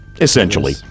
Essentially